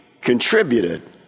contributed